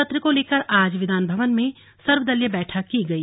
सत्र को लेकर आज विधानभवन में सर्वदलीय बैठक की गई